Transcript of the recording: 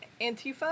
Antifa